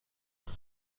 کنم